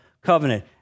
covenant